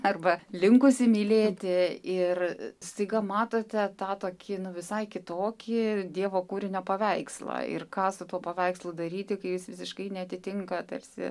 arba linkusį mylėti ir staiga matote tą tokį nu visai kitokį dievo kūrinio paveikslą ir ką su tuo paveikslu daryti kai jis visiškai neatitinka tarsi